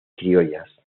criollas